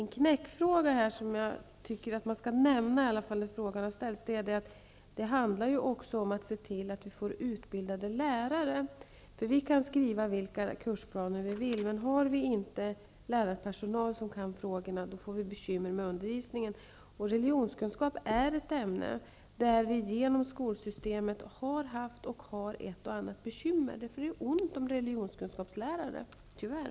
En knäckfråga i detta sammanhang som jag tycker att man i varje fall skall nämna är att det också handlar om att se till att vi får utbildade lärare. Vi kan skriva vilka kursplaner vi vill, men har vi inte lärarpersonal som kan frågorna får vi bekymmer med undervisningen. Religionskunskap är ett ämne inom vilket vi har haft och har ett och annat bekymmer. Det är nämligen ont om religionskunskapslärare -- tyvärr.